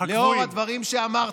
לאור הדברים שאמרתי,